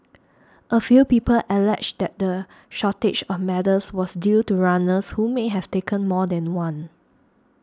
a few people alleged that the shortage of medals was due to runners who may have taken more than one